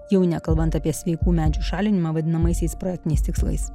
jau nekalbant apie sveikų medžių šalinimą vadinamaisiais praktiniais tikslais